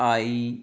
I